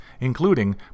including